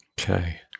Okay